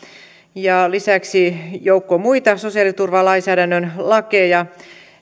ja lisäksi joukkoa muita sosiaaliturvalainsäädännön lakeja